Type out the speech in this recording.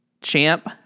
champ